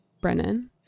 brennan